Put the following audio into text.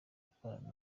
gukorana